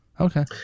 Okay